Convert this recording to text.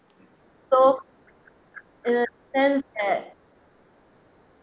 so in a sense that